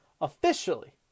officially